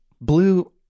Blue